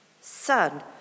Son